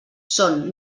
són